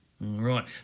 Right